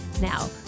Now